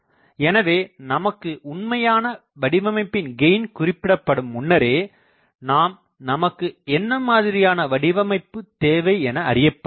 எனவே நமக்கு உண்மையான வடிவமைப்பின் கெயின் குறிப்பிடபடும் முன்னரே நாம் நமக்கு என்ன மாதிரியான வடிவமைப்பு தேவைஎன அறியப்பட வேண்டும்